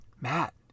Matt